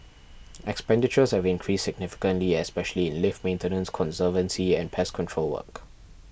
expenditures have increased significantly especially in lift maintenance conservancy and pest control work